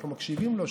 אנחנו מקשיבים לו,